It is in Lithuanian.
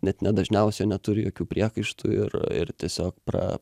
net ne dažniausiai o neturi jokių priekaištų ir ir tiesiog pra